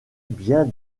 bien